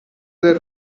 del